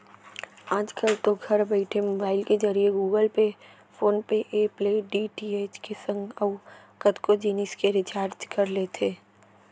आजकल तो घर बइठे मोबईल के जरिए Google Pay, PhonePe app ले डी.टी.एच के संग अउ कतको जिनिस के रिचार्ज कर लेथे